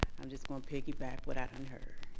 i'm just going to piggyback what i done heard.